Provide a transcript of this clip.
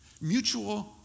Mutual